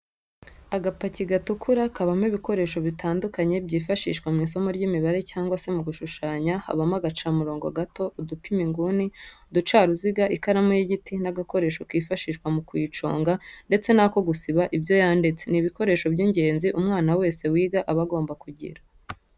Agapaki gatukura kabamo ibikoresho bitandukanye byifashishwa mw'isomo ry'imibare cyangwa se mu gushushanya habamo agacamurobo gato, udupima inguni, uducaruziga ,ikaramu y'igiti n'agakoresho kifashishwa mu kuyiconga ndetse n'ako gusiba ibyo yanditse, ni ibikoresho by'ingenzi umwana wese wiga aba agomba kugira.